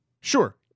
Sure